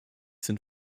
sind